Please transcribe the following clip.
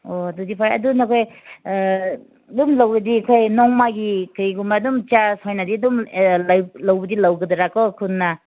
ꯑꯣ ꯑꯗꯨꯗꯤ ꯐꯔꯦ ꯑꯗꯣ ꯅꯈꯣꯏ ꯑꯗꯨꯝ ꯂꯧꯔꯗꯤ ꯑꯩꯈꯣꯏ ꯅꯣꯡꯃꯒꯤ ꯀꯔꯤꯒꯨꯝꯕ ꯑꯗꯨꯝ ꯆꯥꯔꯖ ꯑꯣꯏꯅꯗꯤ ꯑꯗꯨꯝ ꯂꯧꯕꯗꯤ ꯂꯧꯒꯗ꯭ꯔꯥ ꯀꯣ ꯈꯨꯜꯅ